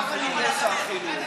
אני לא